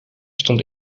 stond